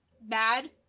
Bad